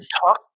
talk